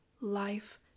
life